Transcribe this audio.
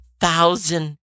thousand